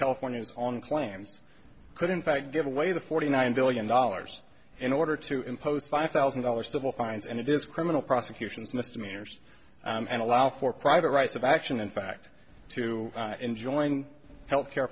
california has on claims could in fact give away the forty nine billion dollars in order to impose five thousand dollars civil fines and it is criminal prosecutions misdemeanors and allow for private rights of action in fact to enjoin health care